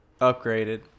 upgraded